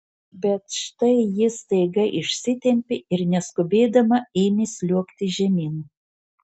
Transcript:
bet štai ji staiga išsitempė ir neskubėdama ėmė sliuogti žemyn